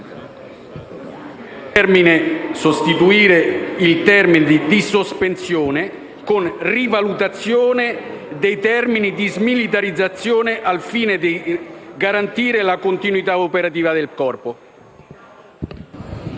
di sostituire dal termine: «la sospensione» con le parole: «rivalutazione dei termini di smilitarizzazione al fine di garantire la continuità operativa del Corpo».